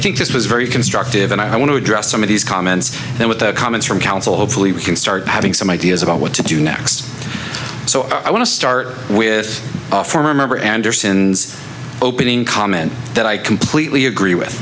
think this was very constructive and i want to address some of these comments with the comments from counsel hopefully we can start having some ideas about what to do next so i want to start with former member anderson's opening comment that i completely agree with